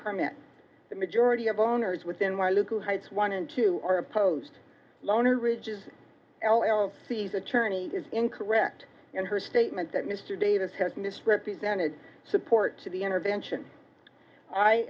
permit the majority of owners within my local heights one and two are opposed loaner ridges l l c's attorney is incorrect in her statement that mr davis has misrepresented support to the intervention